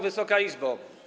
Wysoka Izbo!